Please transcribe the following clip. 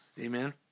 Amen